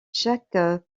chaque